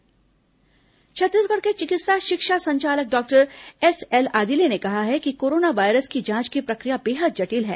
corona जांच DME Chhattisgarh के चिकित्सा शिक्षा संचालक डॉक्टर एसएल आदिले ने कहा है कि कोरोना वायरस की जांच की प्रक्रिया बेहद जटिल है